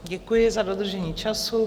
Děkuji za dodržení času.